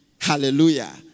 Hallelujah